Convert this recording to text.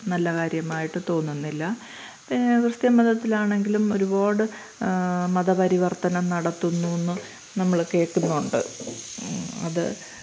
നല്ല കാര്യമായിട്ട് തോന്നുന്നില്ല പിന്നെ ക്രിസ്ത്യൻ മതത്തിലാണെങ്കിലും ഒരുപാട് മതപരിവർത്തനം നടത്തുന്നു എന്നു നമ്മൾ കേൾക്കുന്നുണ്ട് അത്